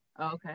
Okay